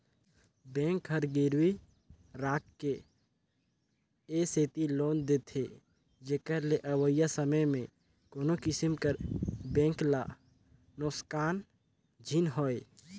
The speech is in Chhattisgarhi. बेंक हर गिरवी राखके ए सेती लोन देथे जेकर ले अवइया समे में कोनो किसिम कर बेंक ल नोसकान झिन होए